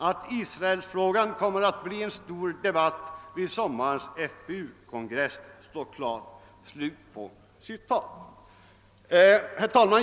Att Israel-frågan kommer att bli en stor debatt i sommarens FPU kongress stär klart.» Herr talman!